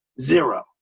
zero